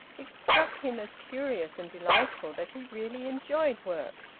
it struck him as curious and delightful that he really enjoyed work.